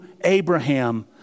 Abraham